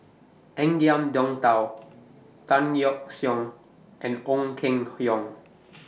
Ngiam Tong Dow Tan Yeok Seong and Ong Keng Yong